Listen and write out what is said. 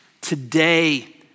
today